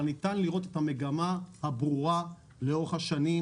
אבל ניתן לראות את המגמה הברורה לאורך השנים,